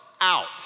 out